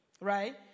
right